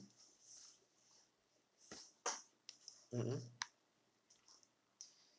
mmhmm